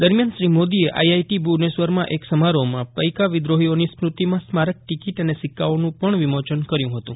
દરમ્યાન શ્રી મોદીએ આઇઆઇટી ભૂવનેશ્વરમાં એક સમારોહમાં પઇકા વિદ્રોહીઓની સ્મૃતિમાં સ્મારક ટિકીટ અને સિક્કાઓનું વિમોચન કર્યું હતું